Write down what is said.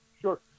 sure